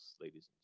ladies